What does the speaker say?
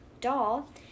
doll